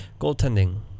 goaltending